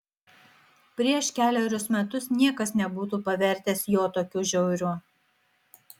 prieš kelerius metus niekas nebūtų pavertęs jo tokiu žiauriu